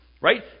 Right